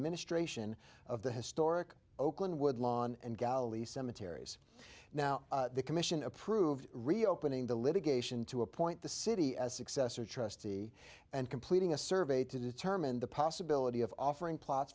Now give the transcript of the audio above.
ministration of the historic oakland woodlawn and galley cemeteries now the commission approved reopening the litigation to appoint the city as successor trustee and completing a survey to determine the possibility of offering plots